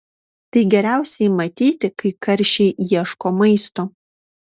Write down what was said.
tai geriausiai matyti kai karšiai ieško maisto